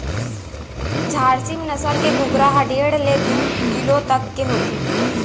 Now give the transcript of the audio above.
झारसीम नसल के कुकरा ह डेढ़ ले दू किलो तक के होथे